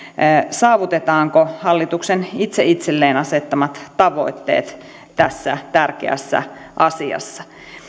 saavutetaanko hallituksen itse itselleen asettamat tavoitteet tässä tärkeässä asiassa